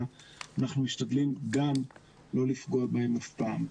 אנחנו משתדלים גם לא לפגוע בהם אף פעם.